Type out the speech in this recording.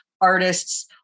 artists